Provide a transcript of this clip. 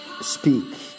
speak